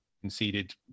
conceded